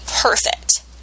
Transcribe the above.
perfect